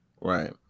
right